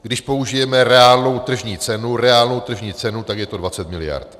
Když použijeme reálnou tržní cenu, reálnou tržní cenu, tak je to 20 miliard.